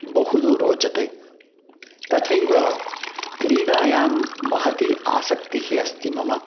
बहुदा रोचते तथैव क्रीडायं महती आसक्तिः अस्ति मम